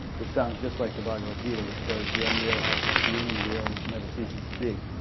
which sounds just like the bhagavad gita which says, the unreal has no being, the real never ceases to be.